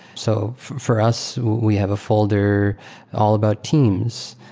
so for us, we have a folder all about teams.